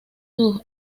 sus